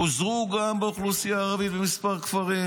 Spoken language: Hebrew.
פוזרו גם באוכלוסייה הערבית בכמה כפרים.